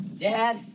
Dad